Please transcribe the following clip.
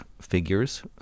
figures